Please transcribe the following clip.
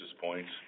points